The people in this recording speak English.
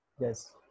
yes